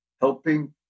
helping